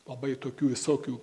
labai tokių visokių